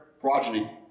progeny